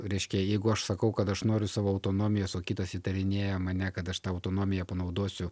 reiškia jeigu aš sakau kad aš noriu savo autonomijos o kitas įtarinėja mane kad aš tą autonomiją panaudosiu